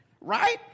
Right